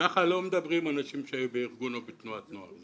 ככה לא מדברים אנשים שהיו בארגון או בתנועת נוער.